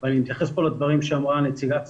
אני אתייחס פה לדברים שאמרה נציגת סיכוי.